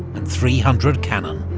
and three hundred cannon.